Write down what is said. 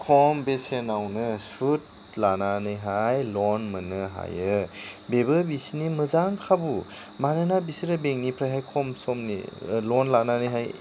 खम बेसेनआवनो सुद लानानैहाय लन मोननो हायो बिबो बिसिनि मोजां खाबु मानोना बिसोरो बेंकनिफ्रायहाय खम समनि लन लानानैहाय